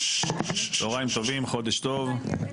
צהריים טובים, חודש טוב.